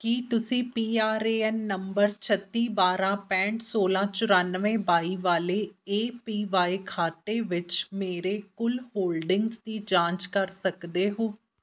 ਕੀ ਤੁਸੀਂ P R A N number ਛੱਤੀ ਬਾਰ੍ਹਾਂ ਪੈਂਹਠ ਸੌਲ੍ਹਾਂ ਚੁਰਾਨਵੇਂ ਬਾਈ ਵਾਲੇ ਏ ਪੀ ਵਾਈ ਖਾਤੇ ਵਿੱਚ ਮੇਰੇ ਕੁੱਲ ਹੋਲਡਿੰਗਜ਼ ਦੀ ਜਾਂਚ ਕਰ ਸਕਦੇ ਹੋ